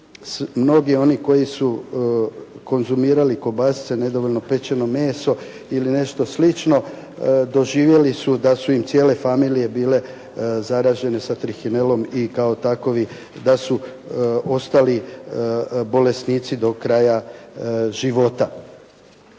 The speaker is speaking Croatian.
mnogi oni koji su konzumirali kobasice, nedovoljno pečeno meso ili nešto slično doživjeli su da su im cijele familije bile zaražene sa trihinelom i kao takovi da su ostali bolesnici do kraja života.